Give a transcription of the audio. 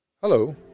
Hello